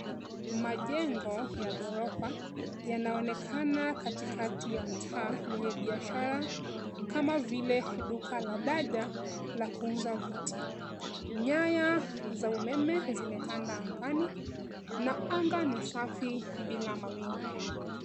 Majengo ya ghorofa, yanaonekana katikati ya mtaa wenye biashara kama vile duka la DAJA la kuuza viti. Nyaya za umeme zimetanda angani na anga ni safi bila mawingu.